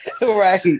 right